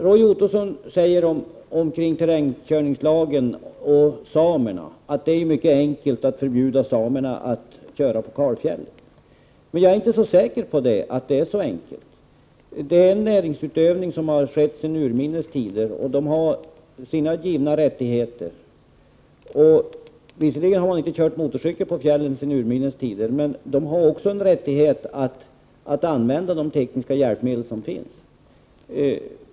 Roy Ottosson sade om terrängkörningslagen och samerna att det är mycket enkelt att förbjuda samerna att köra på kalfjället. Jag är inte säker på att det är så enkelt. Renskötseln är en näringsutövning som skett sedan urminnes tider, och samerna har sina givna rättigheter. Visserligen har de inte kört motorcykel på fjället sedan urminnes tider, men de har också rätt att använda de tekniska hjälpmedel som finns.